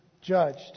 judged